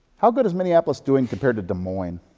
how good is minneapolis doing compared to des moines